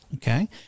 Okay